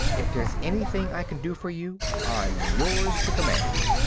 if there's anything i can do for you, i'm yours to command.